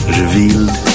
revealed